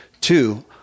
Two